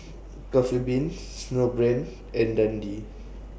Coffee Bean Snowbrand and Dundee